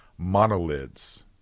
monolids